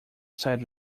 side